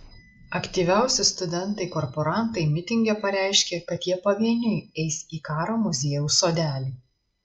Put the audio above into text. aktyviausi studentai korporantai mitinge pareiškė kad jie pavieniui eis į karo muziejaus sodelį